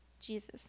Jesus